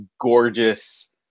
gorgeous